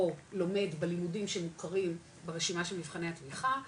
או לומד בלימודים שמוכרים ברשימה של מבחני התמיכה,